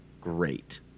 great